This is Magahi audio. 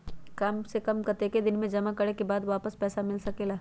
काम से कम कतेक दिन जमा करें के बाद पैसा वापस मिल सकेला?